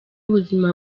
ubuzima